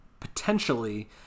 Potentially